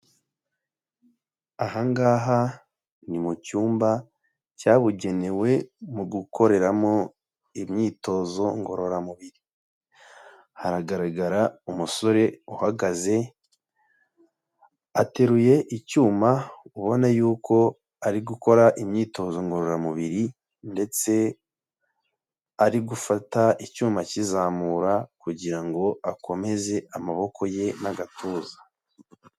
Aha ngaha ni mu cyumba cyabugenewe mu gukoreramo imyitozo ngororamubiri. Haragaragara umusore uhagaze, ateruye icyuma ubona yuko ari gukora imyitozo ngororamubiri ndetse ari gufata icyuma akizamura kugira ngo akomeze amaboko ye n'agatuza.